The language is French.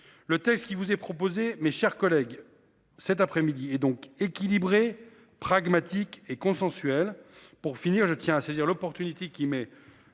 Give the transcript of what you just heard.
Le texte qui vous est proposé. Mes chers collègues. Cet après-midi et donc équilibrée pragmatique et consensuelle pour finir, je tiens à saisir l'opportunité qui m'est